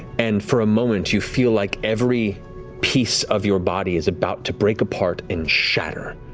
and for a moment you feel like every piece of your body is about to break apart and shatter.